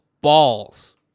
Balls